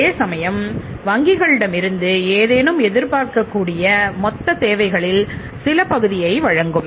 அதே சமயம் வங்கிகளிடமிருந்தும் ஏதேனும் எதிர்பார்க்கக்கூடிய மொத்த தேவைகளில் சில பகுதியை வழங்கும்